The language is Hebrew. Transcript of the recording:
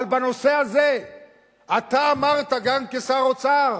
אבל בנושא הזה אתה אמרת גם כשר האוצר,